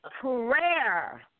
prayer